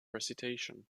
recitation